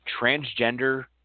transgender